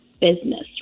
business